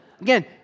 Again